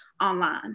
online